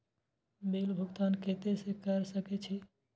Bill भुगतान केते से कर सके छी?